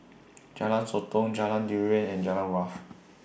Jalan Sotong Jalan Durian and Jurong Wharf